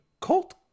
cult